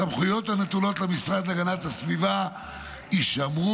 הסמכויות הנתונות למשרד להגנת הסביבה יישמרו